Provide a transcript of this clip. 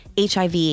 HIV